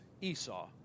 Esau